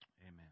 Amen